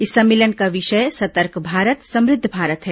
इस सम्घ्मेलन का विषय सतर्क भारत समृद्ध भारत है